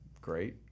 great